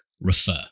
refer